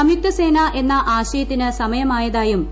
സംയുക്തസേന എന്ന ആശയത്തിന് സമയമായതായും ശ്രീ